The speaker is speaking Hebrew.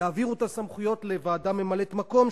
יעבירו את הסמכויות לוועדה ממלאת-מקום,